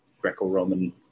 Greco-Roman